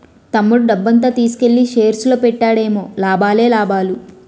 తమ్ముడు డబ్బంతా తీసుకెల్లి షేర్స్ లో పెట్టాడేమో లాభాలే లాభాలు